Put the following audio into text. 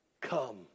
Come